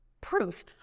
Proof